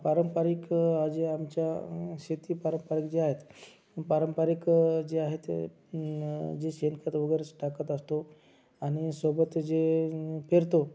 पारंपरिक जे आमच्या शेती पारंपरिक जे आहेत पारंपरिक जे आहे ते जे शेणखत वगैरे स टाकत असतो आणि सोबत जे पेरतो